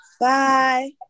bye